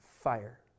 fire